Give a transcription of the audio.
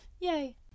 yay